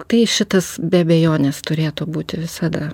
tai šitas be abejonės turėtų būti visada